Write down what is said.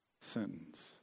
sentence